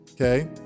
Okay